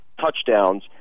touchdowns